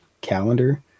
calendar